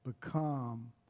become